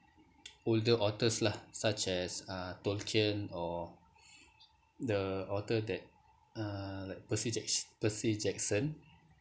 older authors lah such as uh tolkien or the author that uh like percy jacks~ percy jackson